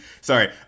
sorry